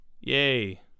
Yay